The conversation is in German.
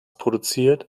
produziert